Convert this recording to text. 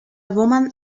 woman